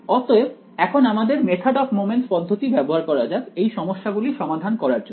অতএব এখন আমাদের মেথড অফ মোমেন্টস পদ্ধতি ব্যবহার করা যাক এই সমস্যা গুলি সমাধান করার জন্য